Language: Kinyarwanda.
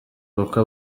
kuko